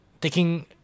taking